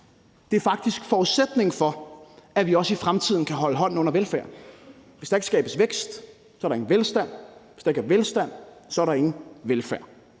Det er faktisk forudsætningen for, at vi også i fremtiden kan holde hånden under velfærden. Hvis der ikke skabes vækst, er der ingen velstand; hvis der ikke er velstand, er der ingen velfærd,